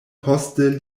poste